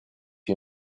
you